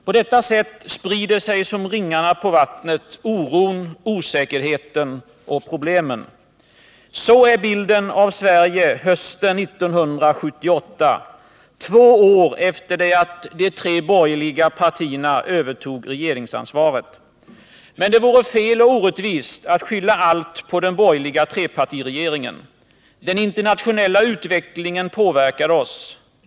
På detta sätt sprider sig som ringarna på vattnet oron, osäkerheten och problemen. Sådan är bilden av Sverige hösten 1978, två år efter det att de tre borgerliga partierna övertog regeringsansvaret. Men det vore fel och orättvist att skylla allt på den borgerliga trepartiregeringen. Den internationella utvecklingen påverkar oss.